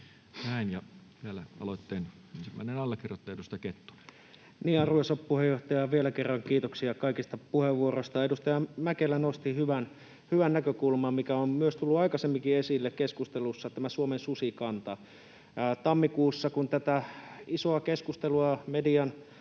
9 - Lakialoite laiksi metsästyslain muuttamisesta Time: 17:03 Content: Arvoisa puheenjohtaja! Vielä kerran kiitoksia kaikista puheenvuoroista. Edustaja Mäkelä nosti hyvän näkökulman, mikä on myös tullut aikaisemminkin esille keskustelussa, eli tämän Suomen susikannan. Kun tammikuussa tätä isoa keskustelua median